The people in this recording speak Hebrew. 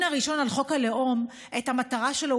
הראשון על חוק הלאום את המטרה שלו,